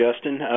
Justin